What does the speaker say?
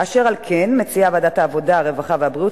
אשר על כן, מציעה ועדת העבודה, הרווחה והבריאות